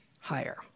higher